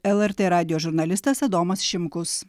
lrt radijo žurnalistas adomas šimkus